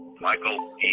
Michael